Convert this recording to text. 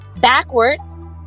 backwards